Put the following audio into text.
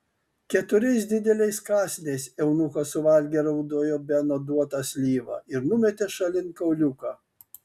keturiais dideliais kąsniais eunuchas suvalgė rudojo beno duotą slyvą ir numetė šalin kauliuką